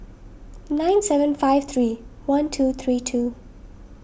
nine seven five three one two three two